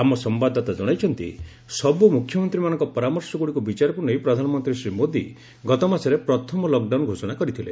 ଆମ ସମ୍ଭାଦଦାତା ଜଣାଇଛନ୍ତି ସବୁ ମୁଖ୍ୟମନ୍ତ୍ରୀମାନଙ୍କ ପରାମର୍ଶଗୁଡ଼ିକୁ ବିଚାରକୁ ନେଇ ପ୍ରଧାନମନ୍ତ୍ରୀ ଶ୍ରୀ ମୋଦି ଗତମାସରେ ପ୍ରଥମ ଲକ୍ଡାଉନ୍ ଘୋଷଣା କରିଥିଲେ